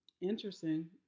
interesting